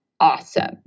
awesome